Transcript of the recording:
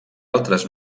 altres